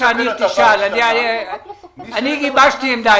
אני גיבשתי עמדה.